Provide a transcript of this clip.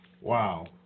Wow